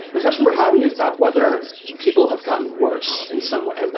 discussion we're having is about whether people have gotten worse in some way.